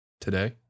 today